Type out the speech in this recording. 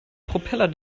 propeller